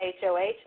HOH